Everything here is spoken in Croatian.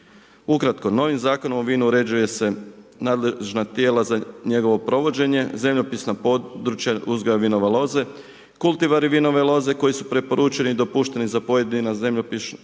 Ukratko, novim Zakonom o vinu uređuje se nadležna tijela za njegovo provođenje, zemljopisna područja uzgoja vinove loze, kultivari vinove loze koji su preporučeni i dopušteni za pojedina zemljopisna